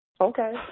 Okay